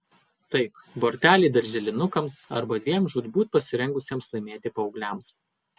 taip borteliai darželinukams arba dviem žūtbūt pasirengusiems laimėti paaugliams